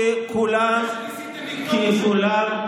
אני דיברתי על היושב-ראש,